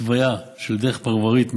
התוויה של דרך פרברית מהירה,